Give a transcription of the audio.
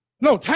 No